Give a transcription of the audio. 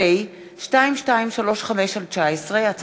פ/2235/19 וכלה בהצעת חוק פ/2262/19,